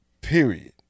period